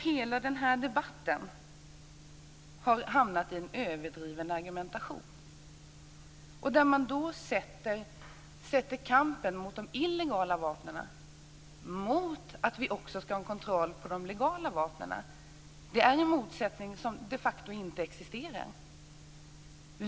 Hela debatten har hamnat i en överdriven argumentation. Man sätter kampen mot de illegala vapnen mot att vi ska ha en kontroll över de legala vapnen. Detta är en motsättning som de facto inte existerar.